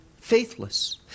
faithless